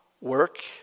work